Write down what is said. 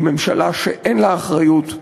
היא ממשלה שאין לה אחריות,